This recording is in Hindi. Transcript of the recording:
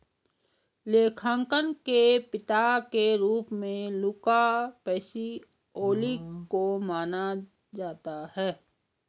लेखांकन के पिता के रूप में लुका पैसिओली को माना जाता है